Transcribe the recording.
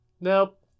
Nope